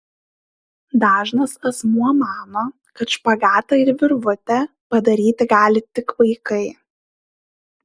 dažnas asmuo mano kad špagatą ir virvutę padaryti gali tik vaikai